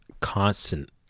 Constant